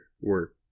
work